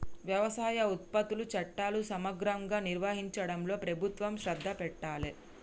వ్యవసాయ ఉత్పత్తుల చట్టాలు సమగ్రంగా నిర్వహించడంలో ప్రభుత్వం శ్రద్ధ పెట్టాలె